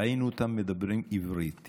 ראינו אותם מדברים עברית.